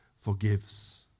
forgives